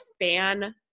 fan